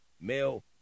male